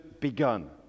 begun